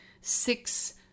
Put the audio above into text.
six